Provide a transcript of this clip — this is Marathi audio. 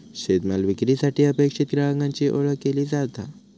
शेतमाल विक्रीसाठी अपेक्षित ग्राहकाची ओळख केली जाता